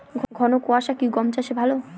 ঘন কোয়াশা কি গম চাষে ভালো?